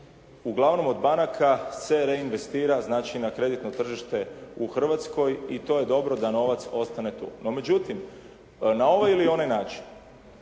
uglavnom od banaka, se registrira znači na kreditno tržište u Hrvatskoj i to je dobro da novac ostane tu. No međutim, na ovaj ili onaj način